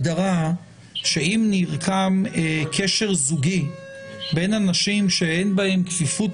שאם נרקם קשר זוגי בין אנשים שאין בהם כפיפות